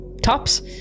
tops